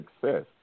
success